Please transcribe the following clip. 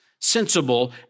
Sensible